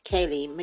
Kaylee